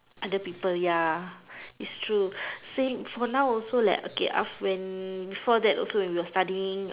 other people ya it's true same for now also leh okay after when before that when we were studying